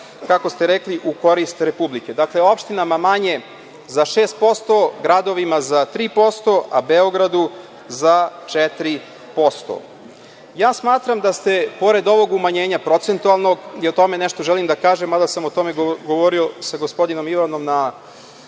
kako ste rekli, u korist Republike. Dakle, opštinama manje za 6%, gradovima za 3%, a Beogradu za 4%. Smatram da ste, pored ovog umanjenja procentualnog, i o tome nešto želim da kažem, mada sam o tome govorio sa gospodinom Ivanom na